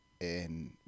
and-